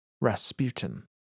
Rasputin